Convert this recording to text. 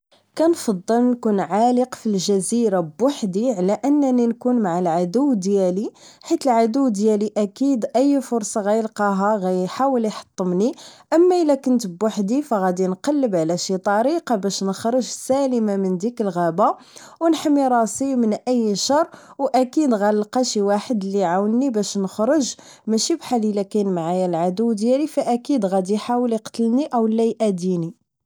كنفضل نكون عالق فجزيرة بحدي على انني نكون مع العدو ديالي حيت العدو ديالي اكيد اي فرصة غيلقاها غيحاول يحطمني اما الا كنت بوحدي فغادي نقلب على طريقة باش نخرج سالمة من ديك الغابة و نحمي راسي من اي شر و اكيد غنلقا شي واحد وعاونوني باش نخرج اما الا كان معايا العدو ديالي فأكيد غادي يحاول يقتلني و لا يأديني